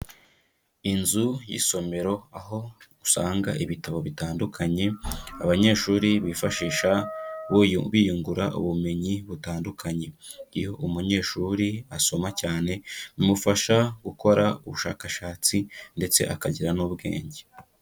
Inzu y'isomero aho usanga ibitabo bitandukanye, abanyeshuri bifashisha bo biyungura ubumenyi butandukanye iyo umunyeshuri asoma cyane bimufasha gukora ubushakashatsi ndetse akagira n'ubwenge.